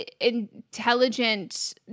intelligent